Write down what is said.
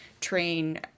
train